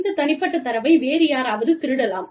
இந்த தனிப்பட்ட தரவை வேறு யாராவது திருடலாம்